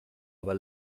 aber